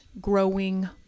growing